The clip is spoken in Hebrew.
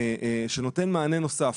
שנותן מענה נוסף.